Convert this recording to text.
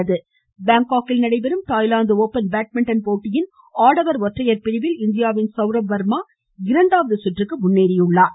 badminton பாங்காக்கில் நடைபெறும் Thailand open badminton ஆடவர் ஒற்றையர் பிரிவில் இந்தியாவின் சவ்ரப் வர்மா இரண்டாவது சுற்றுக்கு முன்னேறியுள்ளார்